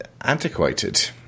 antiquated